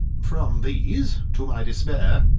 from these, to my despair,